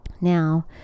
Now